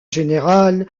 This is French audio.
général